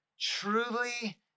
truly